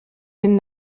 den